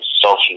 social